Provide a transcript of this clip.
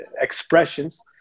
expressions